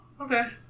okay